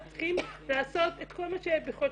אנחנו צריכים לעשות את כל מה שביכולתנו